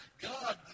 God